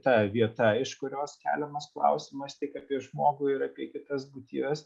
ta vieta iš kurios keliamas klausimas tik apie žmogų ir apie kitas būtybes